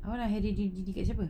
no lah harry di~ di~ di~ siapa